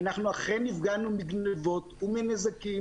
ואנחנו אכן נפגענו מגניבות ומנזקים